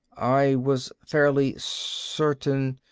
i was fairly certain.